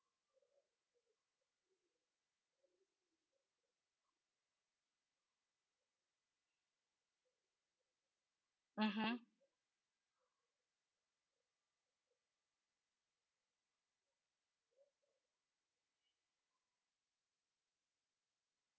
mmhmm